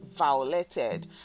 violated